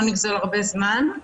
לא נגזול זמן רב.